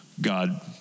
God